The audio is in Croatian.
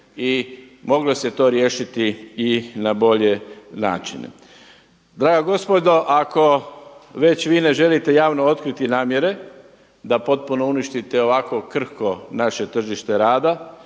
i moglo se to riješiti i na bolje načine. Draga gospodo, ako vi već ne želite javno otkriti namjere da potpuno uništite ovako krhko naše tržište rada